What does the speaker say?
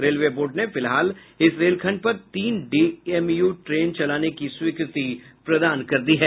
railway board ने फिलहाल इस रेलखंड पर तीन डीएमयू ट्रेनें चलाने की स्वीकृति प्रदान कर दी है